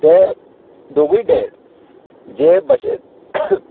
ते दोगूय डेड जे भशेन